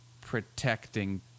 protecting